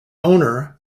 owner